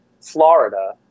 Florida